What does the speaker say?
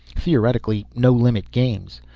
theoretically no-limit games,